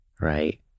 right